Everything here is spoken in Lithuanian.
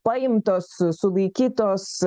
paimtos sulaikytos